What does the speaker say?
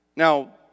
Now